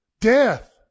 Death